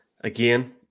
again